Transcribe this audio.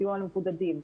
סיוע למבודדים,